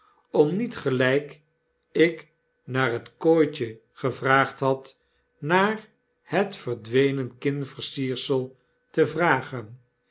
om niet gelyk ik naar het kooitje gevraagd had naar het verdwenen kinversiersel te vragen